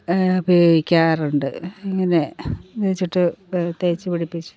ഉപയോഗിക്കാറുണ്ട് ഇങ്ങനെ തേയ്ച്ചിട്ട് തേയ്ച്ച് പിടിപ്പിച്ച്